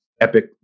epic